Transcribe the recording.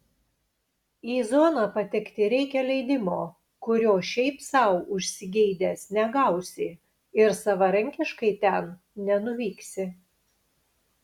į zoną patekti reikia leidimo kurio šiaip sau užsigeidęs negausi ir savarankiškai ten nenuvyksi